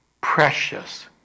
precious